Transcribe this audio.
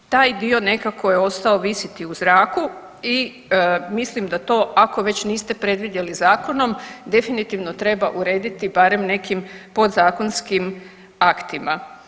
Taj dio nekako je ostao visiti u zraku i mislim da to ako već niste predvidjeli zakonom definitivno treba urediti nekim podzakonskim aktima.